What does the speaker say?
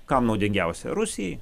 kam naudingiausia rusijai